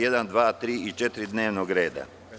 1, 2, 3. i 4. dnevnog reda.